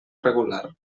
regular